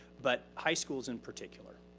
but high schools in particular.